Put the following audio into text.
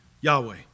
Yahweh